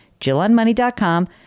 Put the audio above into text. jillonmoney.com